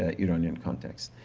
ah iranian context.